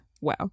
wow